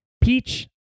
Peach